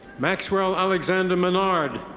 maxwell alexander menard.